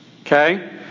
Okay